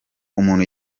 umuntu